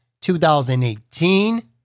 2018